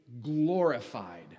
glorified